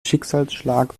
schicksalsschlag